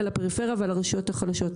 על הפריפריה ועל הרשויות החלשות.